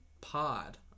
Pod